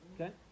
Okay